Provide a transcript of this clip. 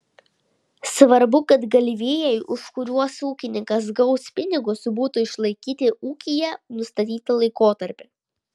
svarbu kad galvijai už kuriuos ūkininkas gaus pinigus būtų išlaikyti ūkyje nustatytą laikotarpį